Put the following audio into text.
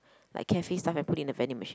like cafe stuff and put in the vending machine